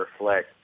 reflect